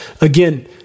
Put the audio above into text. Again